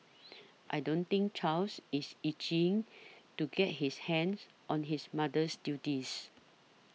I don't think Charles is itching to get his hands on his mother's duties